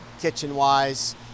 kitchen-wise